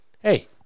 hey